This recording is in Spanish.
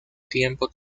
tiempo